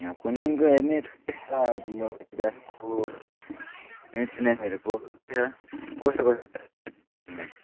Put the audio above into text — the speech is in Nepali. यहाँ कुन कुनको हेर्ने एचएनएमहरूको छ कस्तो कस्तो चाहिने